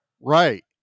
right